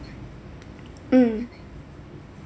mm